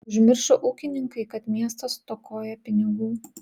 užmiršo ūkininkai kad miestas stokoja pinigų